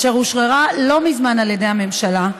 אשר אושררה לא מזמן על ידי הממשלה,